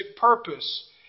purpose